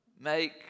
make